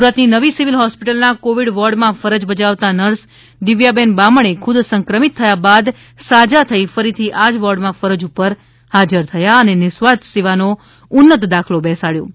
સુરત ની નવી civil hospital ના કોવિડ વોર્ડ માં ફરજ બજાવતા નર્સ દિવ્યાબેન બામણે ખુદ સંક્રમિત થયા બાદ સાજા થઈ ફરીથી આ જ વોર્ડ માં ફરજ ઉપર હાજર થયા છે અને નિસ્વાર્થ સેવા નો ઉન્નત દાખલો બેસાડયો છે